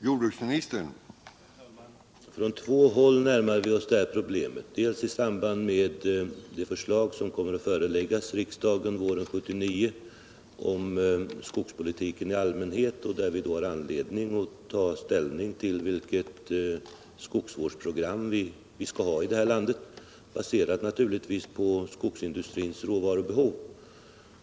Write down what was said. Herr talman! Vi närmar oss det här problemet från två håll. I det förslag om skogspolitiken som kommer att föreläggas riksdagen våren 1979 har vi anledning att ta ställning till vilket skogsvårdsprogram vi skall ha här i landet, naturligtvis baserat på skogsindustrins råvarubehov.